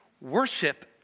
worship